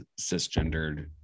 cisgendered